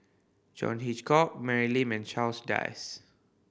John Hitchcock Mary Lim and Charles Dyce